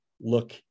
Look